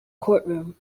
courtroom